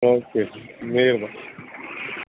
okay ਮਿਹਰਬਾਨੀ